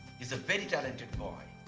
he's a very talented boy.